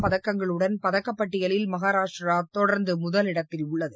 பதக்கங்களுடன் பதக்கப் பட்டியலில் மகாராஷ்டிரா தொடர்ந்து முதலிடத்தில் உள்ளது